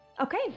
Okay